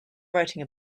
writing